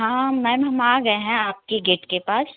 हाँ मैम हम आ गए हैं आपकी गेट के पास